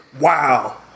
Wow